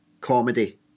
comedy